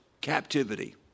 captivity